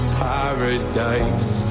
paradise